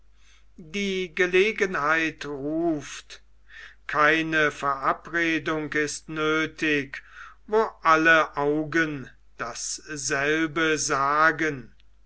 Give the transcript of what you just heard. die gelegenheit ruft keine verabredung ist nöthig wo alle augen dasselbe sagen